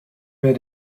wer